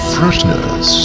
Freshness